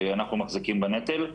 אנחנו מחזיקים בנטל,